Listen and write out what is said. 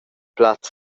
plaz